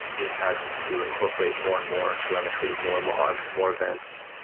we've had to incorporate more and more telemetry, more logs, more events.